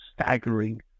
staggering